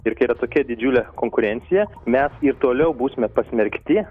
ir kai yra tokia didžiulė konkurencija mes ir toliau būsime pasmerkti